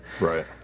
right